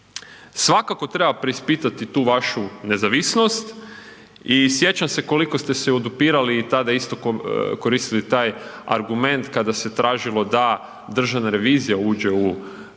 Svakako treba preispitati tu vašu nezavisnost i sjećam se koliko ste se odupirali i tada isto koristili taj argument kada se tražilo da državna revizija uđe u centralnu